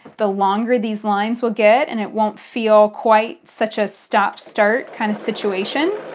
the longer these lines will get and it won't feel quite such a stop-start kind of situation.